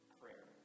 prayer